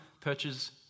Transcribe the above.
purchases